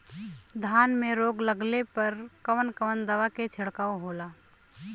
धान में रोग लगले पर कवन कवन दवा के छिड़काव होला?